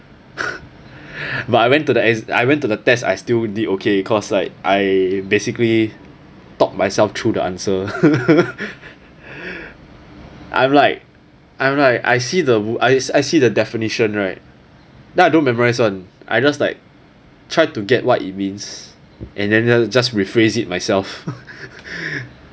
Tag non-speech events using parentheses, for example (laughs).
(laughs) but I went to the ex~ I went to the test I still did okay cause like I basically talk myself through the answer (laughs) I'm like I'm like I see the I see the definition right then I don't memorise [one] I just like try to get what it means and then just just rephrase it myself (laughs)